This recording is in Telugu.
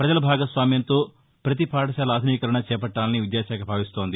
ప్రజల భాగస్వామ్యంతో పతి పాఠశాల ఆధునికరణ చేపట్టాలని విద్యాశాఖ భావిస్తోంది